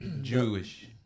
Jewish